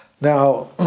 Now